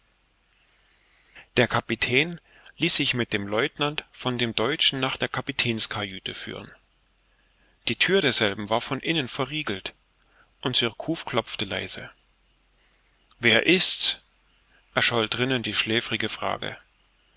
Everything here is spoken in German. der kapitän ließ sich mit dem lieutenant von dem deutschen nach der kapitänskajüte führen die thür derselben war von innen verriegelt und surcouf klopfte leise wer ist's erscholl drinnen die schläfrige frage